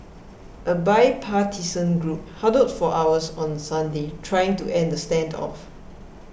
a bipartisan group huddled for hours on Sunday trying to end the standoff